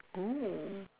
!woo!